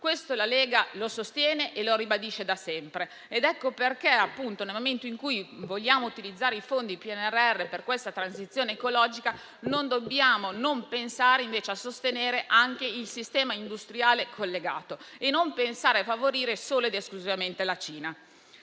Questo la Lega lo sostiene e lo ribadisce da sempre ed ecco perché, nel momento in cui vogliamo utilizzare i fondi del PNRR per la transizione ecologica, non dobbiamo non pensare invece a sostenere anche il sistema industriale collegato e favorire solo ed esclusivamente la Cina.